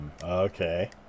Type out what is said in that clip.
Okay